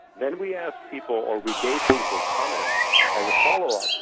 then we asked people or we gave people comments as a follow-up,